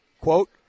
quote